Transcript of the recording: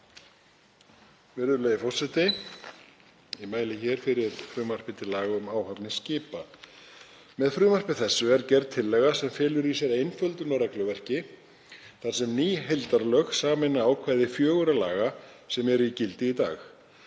Virðulegi forseti. Ég mæli hér fyrir frumvarpi til laga um áhafnir skipa. Með frumvarpi þessu er gerð tillaga, sem felur í sér einföldun á regluverki, þar sem ný heildarlög sameina ákvæði fernra laga sem eru í gildi í dag.